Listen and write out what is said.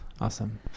awesome